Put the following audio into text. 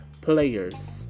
players